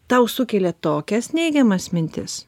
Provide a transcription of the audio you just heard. tau sukelia tokias neigiamas mintis